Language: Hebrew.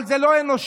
אבל זה לא אנושי.